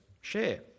share